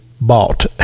bought